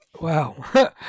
Wow